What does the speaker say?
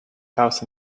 house